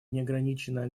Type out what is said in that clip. неограниченное